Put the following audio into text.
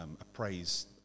appraise